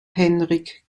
henrik